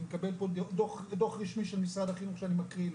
אני מקבל פה דוח רשמי של משרד החינוך שאני מקריא לך,